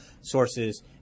sources